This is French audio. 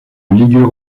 ligure